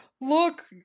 look